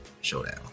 showdown